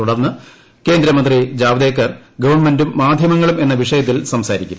തുടർന്ന് കേന്ദ്രമന്ത്രി ജാവ്ദേക്കർ ഗവൺമെന്റും മാധ്യമങ്ങളും എന്ന വിഷയത്തിൽ സംസാരിക്കും